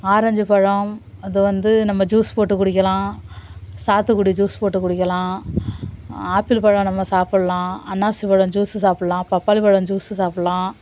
orange பழம் அதை வந்து நம்ம ஜூஸ் போட்டு குடிக்கலாம் சாத்துக்குடி ஜூஸ் போட்டு குடிக்கலாம் ஆப்பிள் பழம் நம்ம சாப்புல்லாம் அன்னாசி பழம் ஜூஸ்ஸு சாப்புல்லாம் பப்பாளி பழம் ஜூஸ்ஸு சாப்புல்லாம்